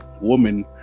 woman